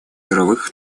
мировых